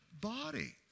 body